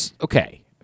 Okay